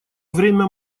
время